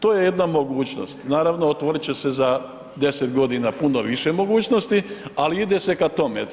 To je jedna mogućnost, naravno otvorit će se za 10 godina puno više mogućnosti, ali ide se ka tome.